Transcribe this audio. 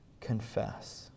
confess